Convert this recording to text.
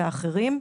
ואחרים.